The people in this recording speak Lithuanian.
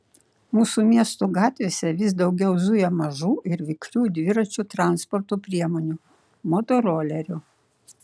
mūsų miestų gatvėse vis daugiau zuja mažų ir vikrių dviračių transporto priemonių motorolerių